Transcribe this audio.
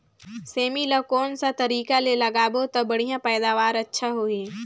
सेमी ला कोन सा तरीका ले लगाबो ता बढ़िया पैदावार अच्छा होही?